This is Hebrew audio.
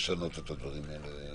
שנכון לשנות את הדברים האלה.